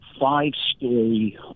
five-story